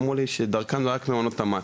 אמרו לי שדרכם זה רק מעונות תמ"ת.